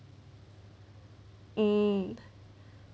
um